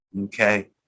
Okay